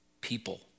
people